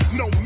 no